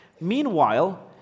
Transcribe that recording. Meanwhile